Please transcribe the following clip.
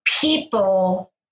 people